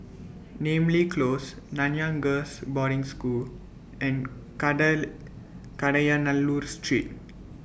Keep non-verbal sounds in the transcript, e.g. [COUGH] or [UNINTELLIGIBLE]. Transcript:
Namly Close Nanyang Girls' Boarding School and [UNINTELLIGIBLE] Kadayanallur Street